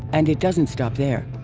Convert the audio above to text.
and it doesn't stop there.